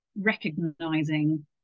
recognizing